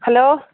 hello